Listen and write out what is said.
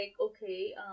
okay